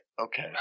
Okay